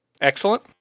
excellent